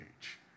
age